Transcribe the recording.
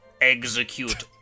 execute